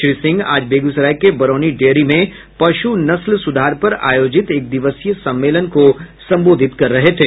श्री सिंह आज बेगूसराय के बरौनी डेयरी में पशु नस्ल सुधार पर आयोजित एक दिवसीय सम्मेलन को संबोधित कर रहे थे